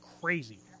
crazy